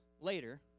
later